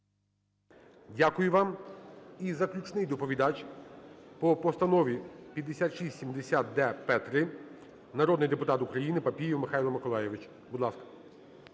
Дякую вам. І заключний доповідач по постанові 5670-д-П3 - народний депутат України Папієв Михайло Миколайович, будь ласка.